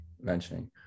mentioning